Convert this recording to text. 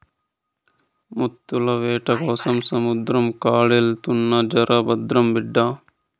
ముత్తాల వేటకోసం సముద్రం కాడికెళ్తున్నావు జర భద్రం బిడ్డా